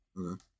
Okay